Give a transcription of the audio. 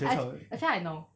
actu~ actually I know